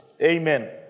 Amen